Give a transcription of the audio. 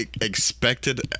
expected